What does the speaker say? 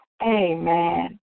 Amen